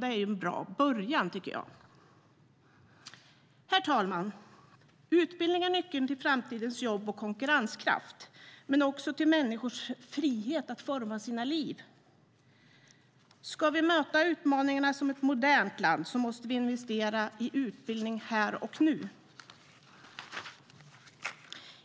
Det är en bra början. Herr talman! Utbildning är nyckeln till framtidens jobb och konkurrenskraft men också till människors frihet att forma sina liv. Ska vi möta utmaningarna som ett modernt land måste vi investera i utbildning här och nu.